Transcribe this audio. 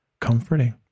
comforting